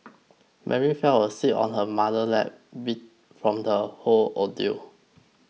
Mary fell asleep on her mother's lap beat from the whole ordeal